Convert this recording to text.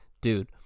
dude